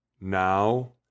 now